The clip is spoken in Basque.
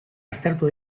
aztertu